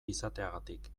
izateagatik